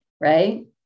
Right